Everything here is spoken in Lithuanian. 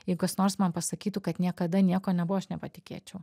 jeigu kas nors man pasakytų kad niekada nieko nebuvo aš nepatikėčiau